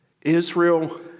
Israel